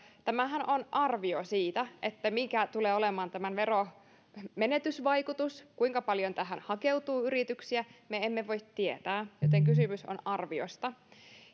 tämähän on arvio siitä mikä tulee olemaan tämän veromenetysvaikutus että kuinka paljon tähän hakeutuu yrityksiä me emme voi tietää joten kysymys on arviosta